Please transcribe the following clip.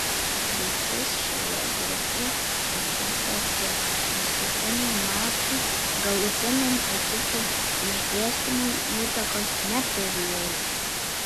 baigtis šioje grupėje tokia pati paskutiniai mačai galutiniam ekipų išsidėstymui įtakos neturėjo